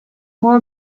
more